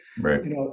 right